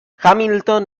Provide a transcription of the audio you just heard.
hamilton